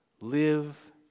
Live